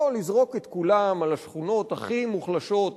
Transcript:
לא לזרוק את כולם על השכונות הכי מוחלשות,